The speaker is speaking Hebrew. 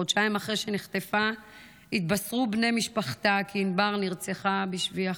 חודשיים אחרי שנחטפה התבשרו בני משפחתה כי ענבר נרצחה בשבי החמאס.